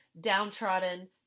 downtrodden